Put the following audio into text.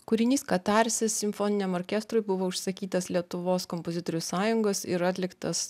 kūrinys katarsis simfoniniam orkestrui buvo užsakytas lietuvos kompozitorių sąjungos ir atliktas